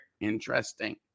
Interesting